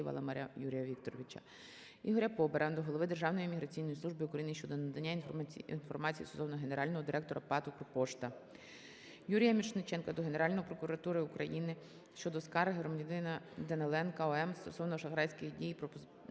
ІгоряПобера до Голови Державної міграційної служби України щодо надання інформації стосовно Генерального директора ПАТ "Укрпошта". Юрія Мірошниченка до Генеральної прокуратури України щодо скарги громадянина Даниленка О.М. стосовно шахрайських дій